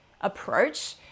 approach